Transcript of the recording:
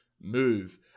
move